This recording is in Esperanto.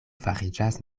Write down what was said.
fariĝas